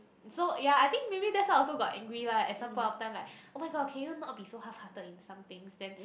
so ya I think maybe that's why I also got angry lah at some point of time like oh-my-god can you not so halfhearted in some things then